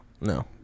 No